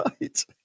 right